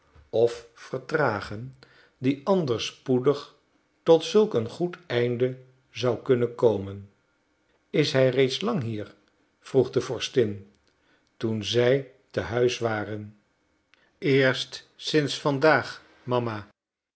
of vertragen die anders spoedig tot zulk een goed einde zou kunnen komen is hij reeds lang hier vroeg de vorstin toen zij te huis waren eerst sinds vandaag mama